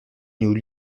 nous